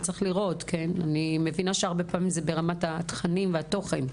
אני מבינה שהרבה פעמים זה ברמת התכנים והתוכן.